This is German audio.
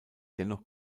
dennoch